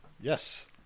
yes